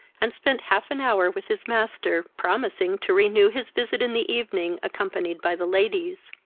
and spent half an hour with his master, promising to renew his visit in the evening, accompanied by the ladies.